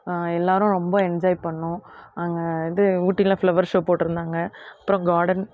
எல்லாரும் ரொம்ப என்ஜாய் பண்ணோம் அங்கே இது ஊட்டியில ஃப்ளவர் ஷோ போட்டுருந்தாங்கள் அப்புறம் காடன்